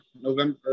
November